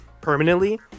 permanently